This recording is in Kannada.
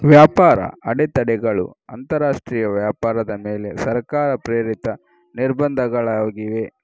ವ್ಯಾಪಾರ ಅಡೆತಡೆಗಳು ಅಂತರಾಷ್ಟ್ರೀಯ ವ್ಯಾಪಾರದ ಮೇಲೆ ಸರ್ಕಾರ ಪ್ರೇರಿತ ನಿರ್ಬಂಧಗಳಾಗಿವೆ